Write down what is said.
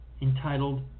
entitled